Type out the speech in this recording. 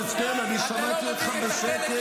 מי אנחנו בכלל?